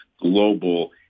global